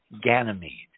Ganymede